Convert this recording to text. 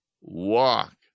walk